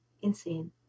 insane